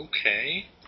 okay